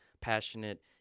passionate